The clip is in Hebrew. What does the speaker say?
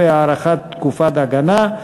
13) (הארכת תקופת הגנה),